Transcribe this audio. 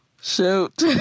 shoot